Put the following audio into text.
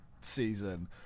season